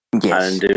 Yes